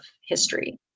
history